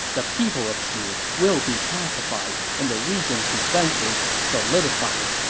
the people of shu will be pacified and the region's defenses solidified.